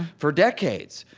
for decades.